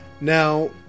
Now